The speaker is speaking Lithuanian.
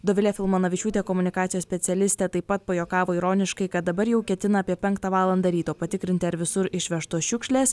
dovilė filmanavičiūtė komunikacijos specialistė taip pat pajuokavo ironiškai kad dabar jau ketina apie penktą valandą ryto patikrinti ar visur išvežtos šiukšlės